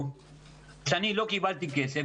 שאני לא קיבלתי כסף,